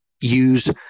use